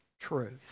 truth